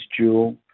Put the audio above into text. Jewel